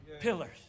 Pillars